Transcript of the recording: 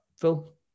phil